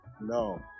No